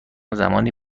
زمانی